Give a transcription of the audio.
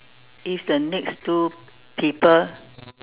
if the next two people